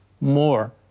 more